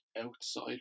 outside